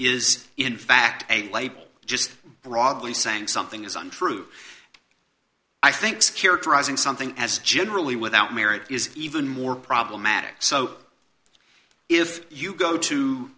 is in fact a label just broadly saying something is untrue i think characterizing something as generally without merit is even more problematic so if you go to